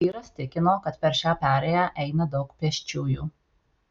vyras tikino kad per šią perėją eina daug pėsčiųjų